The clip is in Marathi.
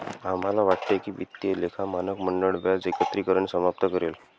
आम्हाला वाटते की वित्तीय लेखा मानक मंडळ व्याज एकत्रीकरण समाप्त करेल